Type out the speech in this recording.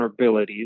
vulnerabilities